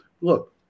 look